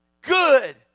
Good